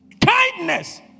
Kindness